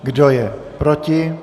Kdo je proti?